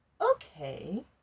Okay